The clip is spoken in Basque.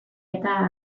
eta